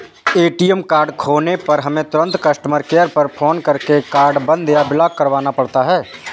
ATM card खोने पर हमें तुरंत कस्टमर केयर पर फ़ोन करके कार्ड बंद या ब्लॉक करवाना पड़ता है